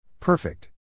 Perfect